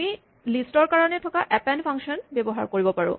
আমি লিষ্টৰ কাৰণে থকা এপেন্ড ফাংচন ব্যৱহাৰ কৰিব পাৰোঁ